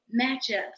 matchups